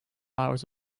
hours